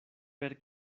per